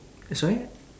eh sorry